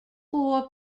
four